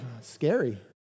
scary